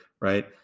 right